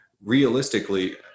realistically